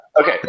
Okay